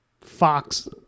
Fox